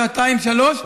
שעתיים או שלוש שעות,